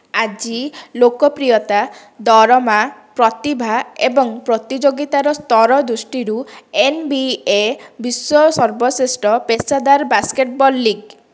ଆଜି ଲୋକପ୍ରିୟତା ଦରମା ପ୍ରତିଭା ଏବଂ ପ୍ରତିଯୋଗିତାର ସ୍ତର ଦୃଷ୍ଟିରୁ ଏନ୍ବିଏ ବିଶ୍ୱର ସର୍ବଶ୍ରେଷ୍ଠ ପେସାଦାର ବାସ୍କେଟବଲ୍ ଲିଗ୍